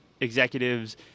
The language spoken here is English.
executives